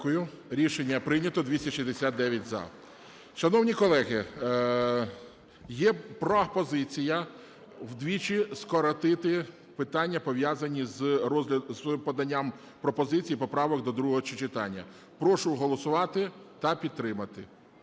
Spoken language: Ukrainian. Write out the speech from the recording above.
Дякую. Рішення прийнято. 269 – за. Шановні колеги, є пропозиція вдвічі скоротити питання, пов'язані з поданням пропозицій, поправок до другого читання. Прошу голосувати та підтримати.